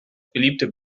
beliebte